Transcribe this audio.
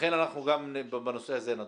לכן אנחנו גם בנושא הזה נדון.